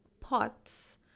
pots